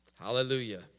Hallelujah